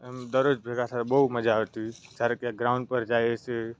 એમ દરરોજ ભેગા થાય બહુ મજા આવતી ધારો કે ગ્રાઉન્ડ પર જાય છે